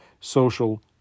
social